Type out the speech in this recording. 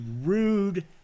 rude